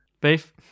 Beef